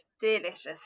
delicious